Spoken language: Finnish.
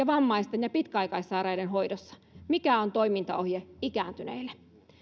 vammaisten ja pitkäaikaissairaiden hoidossa mikä on toimintaohje ikääntyneille